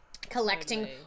collecting